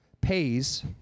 Pays